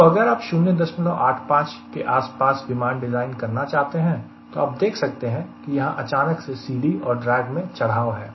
तो अगर आप 085 के आसपास विमान डिज़ाइन करना चाहते हैं तो आप देख सकते हैं कि यहां अचानक से CD और ड्रेग में चढ़ाव है